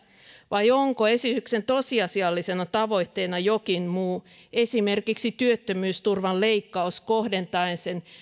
vai onko esityksen tosiasiallisena tavoitteena jokin muu esimerkiksi työttömyysturvan leikkaus kohdentaen sen